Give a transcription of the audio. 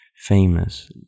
famous